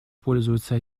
пользуется